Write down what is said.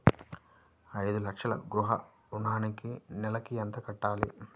ఐదు లక్షల గృహ ఋణానికి నెలకి ఎంత కట్టాలి?